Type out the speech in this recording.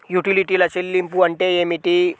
యుటిలిటీల చెల్లింపు అంటే ఏమిటి?